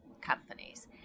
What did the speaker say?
companies